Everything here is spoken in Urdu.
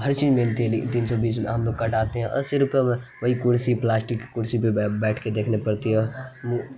ہر چیز ملتی ہے تین سو بیس ہم لوگ کٹاتے ہیں اور صرف وہی کرسی پلاسٹک کی کرسی پہ بیٹھ کے دیکھنے پڑتی ہے اور منہ